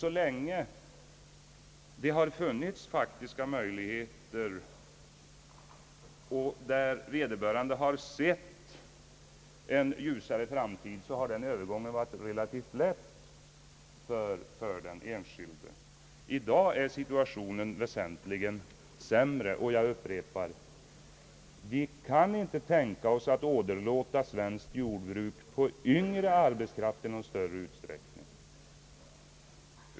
Så länge det har funnits faktiska möjligheter, och vederbörande har sett en ljusare framtid, har den övergången varit relativt lätt för den enskilde. I dag är situationen väsentligt sämre, och jag upprepar: Vi kan inte tänka oss att åderlåta svenskt jordbruk på yngre arbetskraft i någon större utsträckning!